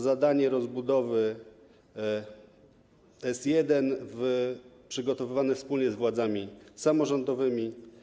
Zadanie rozbudowy drogi S1 jest przygotowywane wspólnie z władzami samorządowymi.